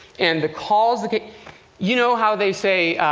and the calls that you know how they say,